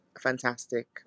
fantastic